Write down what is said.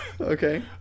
Okay